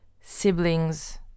siblings